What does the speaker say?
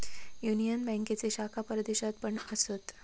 union बँकेचे शाखा परदेशात पण असत